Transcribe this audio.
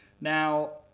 Now